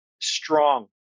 strong